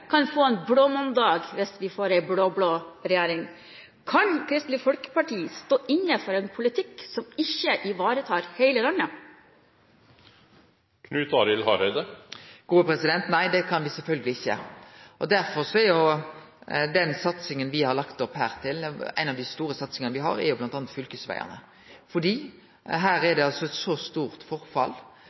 kan få en blåmandag hvis vi får en blå-blå regjering. Kan Kristelig Folkeparti stå inne for en politikk som ikke ivaretar hele landet? Nei, det kan me sjølvsagt ikkje. Derfor er òg ei av dei store satsingane me har lagt opp til her, på fylkesvegane. Her er det stort forfall,